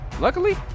Luckily